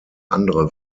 andere